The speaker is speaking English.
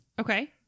Okay